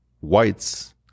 whites